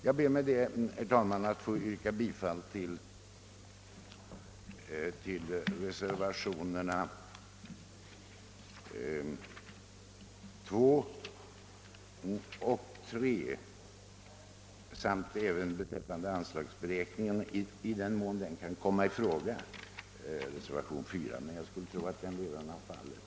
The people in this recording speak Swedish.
Jag ber, herr talman, att få yrka bifall till reservationerna 2 och 3 samt beträffande anslagsberäkningen till reservationen 4, såvida inte denna redan har fallit.